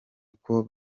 uko